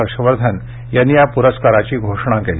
हर्षवर्धन यांनी या प्रस्काराची घोषणा केली